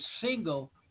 single